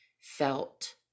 felt